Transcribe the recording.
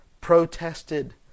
protested